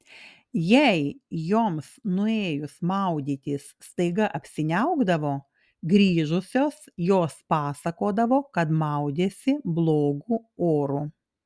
jei joms nuėjus maudytis staiga apsiniaukdavo grįžusios jos pasakodavo kad maudėsi blogu oru